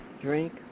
Drink